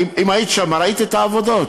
אם היית שם, ראית את העבודות.